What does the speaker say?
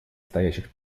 стоящих